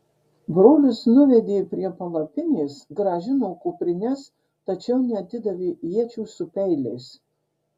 brolius nuvedė prie palapinės grąžino kuprines tačiau neatidavė iečių su peiliais